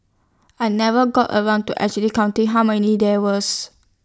I never got around to actually counting how many there was